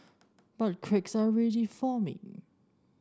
but cracks are ready forming